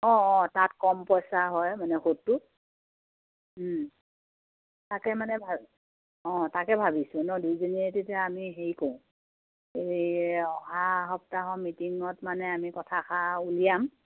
অঁ অঁ তাত কম পইচা হয় মানে সুতটো তাকে মানে অঁ তাকে ভাবিছোঁ ন দুইজনীয়ে তেতিয়া আমি হেৰি কৰোঁ এই অহা সপ্তাহৰ মিটিঙত মানে আমি কথাষাৰ উলিয়াম